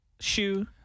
shoe